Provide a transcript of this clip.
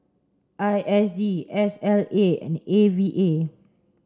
I S D S L A and A V A